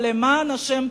אבל למען השם,